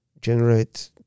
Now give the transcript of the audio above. generate